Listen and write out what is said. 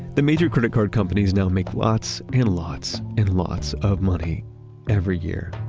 the major credit card companies now make lots and lots and lots of money every year,